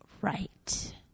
right